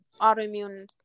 autoimmune